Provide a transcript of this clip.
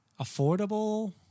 affordable